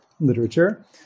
literature